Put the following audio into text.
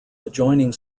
adjoining